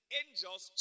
angels